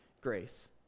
grace